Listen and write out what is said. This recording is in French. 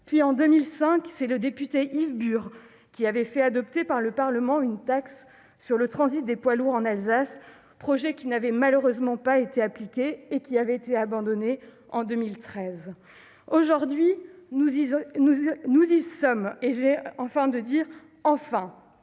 Puis, en 2005, c'est le député Yves Bur qui avait fait adopter par le Parlement une taxe sur le transit des poids lourds en Alsace, mais ce projet n'avait malheureusement pas été appliqué, et avait été abandonné en 2013. Aujourd'hui, nous y sommes enfin. Je me réjouis